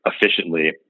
efficiently